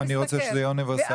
אני רוצה שזה יהיה אוניברסלי.